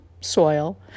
soil